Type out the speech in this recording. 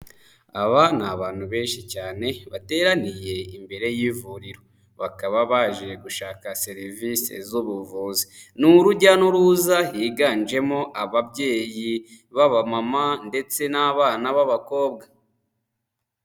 Aba ni abantu benshi cyane bateraniye imbere y'ivuriro. Bakaba baje gushaka serivisi z'ubuvuzi. Ni urujya n'uruza higanjemo ababyeyi b'abamama ndetse n'abana b'abakobwa.